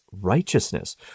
righteousness